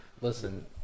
Listen